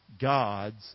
God's